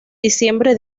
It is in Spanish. diciembre